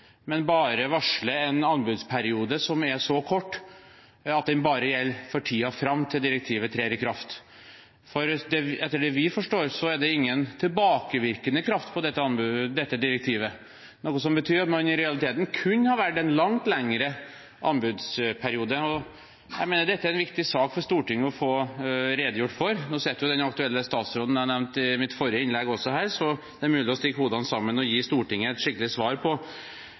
men bare varsler en anbudsperiode som er så kort at den bare gjelder for tiden fram til direktivet trer i kraft. Etter det vi forstår, er det ingen tilbakevirkende kraft når det gjelder dette direktivet, noe som betyr at man i realiteten kunne ha valgt en mye lengre anbudsperiode. Jeg mener dette er en viktig sak for Stortinget å få redegjort for. Nå sitter også den aktuelle statsråden jeg nevnte i mitt forrige innlegg, her, så det er mulig å stikke hodene sammen og gi Stortinget et skikkelig svar på: